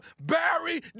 Barry